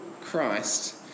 Christ